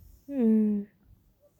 mm